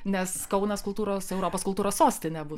nes kaunas kultūros europos kultūros sostinė bus